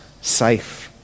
safe